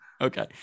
Okay